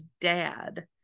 dad